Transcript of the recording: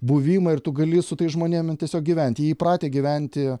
buvimą ir tu gali su tais žmonėm tiesiog gyventi jie įpratę gyventi